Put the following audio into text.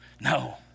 No